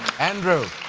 andrew.